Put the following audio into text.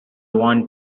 want